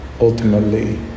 ultimately